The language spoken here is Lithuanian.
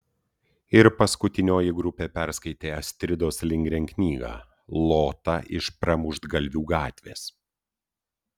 ir paskutinioji grupė perskaitė astridos lindgren knygą lota iš pramuštgalvių gatvės